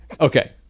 Okay